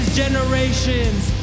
generation's